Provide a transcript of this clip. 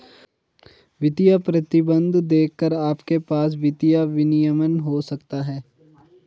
वित्तीय प्रतिबंध देखकर आपके पास वित्तीय विनियमन हो सकता है